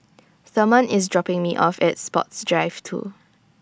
Therman IS dropping Me off At Sports Drive two